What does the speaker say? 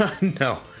No